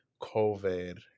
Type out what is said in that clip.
COVID